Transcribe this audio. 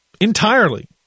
Entirely